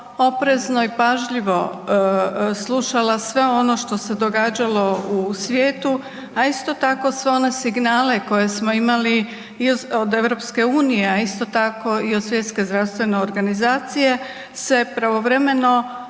oprezno i pažljivo slušala sve ono što se događalo u svijetu, a isto tako sve one signale koje smo imali i od EU, a isto tako i od Svjetske zdravstvene organizacije se pravovremeno